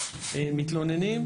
הם מתלוננים,